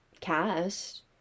cast